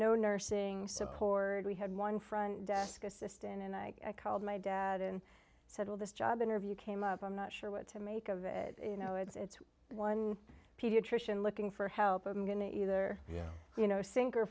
no nursing support we had one front desk assistant and i called my dad and said well this job interview came up i'm not sure what to make of it you know it's one pediatrician looking for help i'm going to either you know sink or